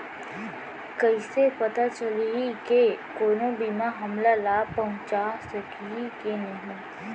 कइसे पता चलही के कोनो बीमा हमला लाभ पहूँचा सकही के नही